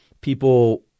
people